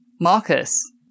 Marcus